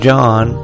John